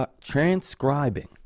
transcribing